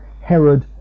Herod